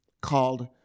called